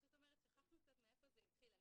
--- שכחנו קצת מאיפה זה התחיל.